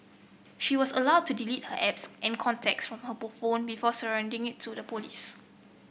she was allowed to delete her apps and contacts from her phone before surrendering it to the police